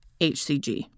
HCG